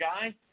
guy